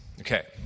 Okay